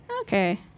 Okay